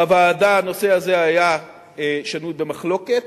בוועדה הנושא הזה היה שנוי במחלוקת.